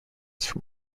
from